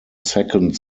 second